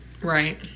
Right